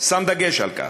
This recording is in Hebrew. שם דגש על כך.